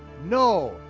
no,